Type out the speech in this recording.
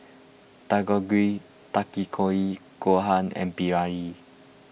Dangojiru Takikomi Gohan and Biryani